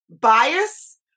bias